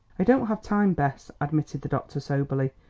i don't have time, bess, admitted the doctor soberly,